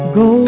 go